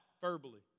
verbally